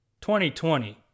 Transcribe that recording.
2020